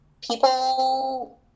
people